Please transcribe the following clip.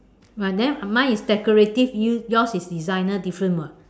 but then mine is decorative you yours is designer different [what]